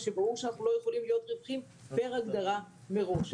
וברור שאנחנו לא יכולים להיות רווחיים פר הגדרה מראש.